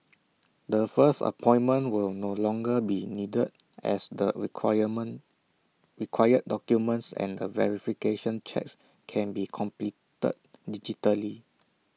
the first appointment will no longer be needed as the requirement required documents and verification checks can be completed digitally